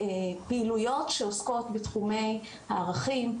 אומר פעילויות שעוסקות בתחומי ערכים,